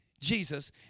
Jesus